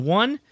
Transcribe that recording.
one